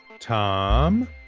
Tom